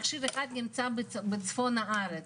מכשיר אחד נמצא בצפון הארץ,